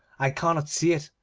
i cannot see it.